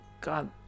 God